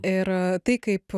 ir tai kaip